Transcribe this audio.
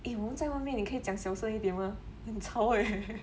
eh 我们在外面你可以讲小声一点吗很吵 eh